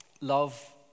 love